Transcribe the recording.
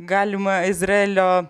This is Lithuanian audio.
galimą izraelio